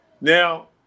Now